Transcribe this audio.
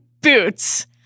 boots